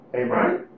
Amen